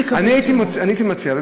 אני הייתי מציע,